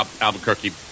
Albuquerque